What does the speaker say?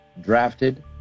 drafted